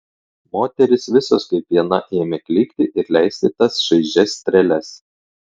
moterys visos kaip viena ėmė klykti ir leisti tas šaižias treles